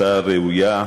ההצעה ראויה.